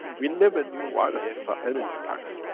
we never knew viruses are energy packs.